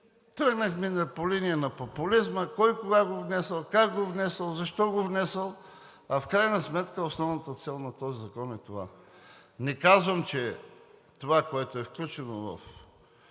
Тръгнахме по линия на популизма – кой кога го внесъл, как го внесъл, защо го внесъл, а в крайна сметка основната цел на този закон е това. Не казвам, че това, което е включено в